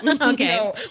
Okay